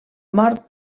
mort